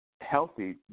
healthy